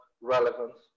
relevance